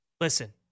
listen